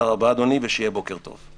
תודה רבה, אדוני, ושיהיה בוקר טוב.